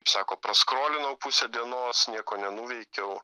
sako praskrolinau pusę dienos nieko nenuveikiau